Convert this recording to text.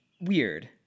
weird